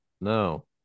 No